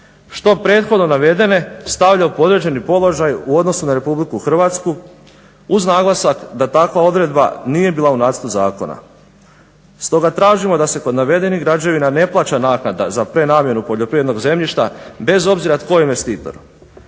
što prethodno navedene stavlja u podređeni položaj u odnosu na RH uz naglasak da takva odredba nije bila u nacrtu zakona. Stoga tražimo da se kod navedenih građevina ne plaća naknada za prenamjenu poljoprivrednog zemljišta bez obzira tko je investitor.